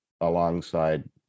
alongside